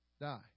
die